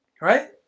Right